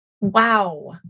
Wow